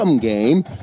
game